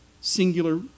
singular